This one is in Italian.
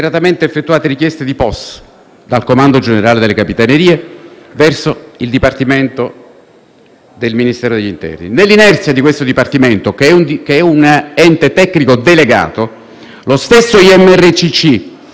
Nell'inerzia di questo Dipartimento, che è un ente tecnico delegato, lo stesso IMRCC - sembra su disposizione del ministro Toninelli - ha disposto che la nave Diciotti attraccasse a Catania,